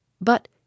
But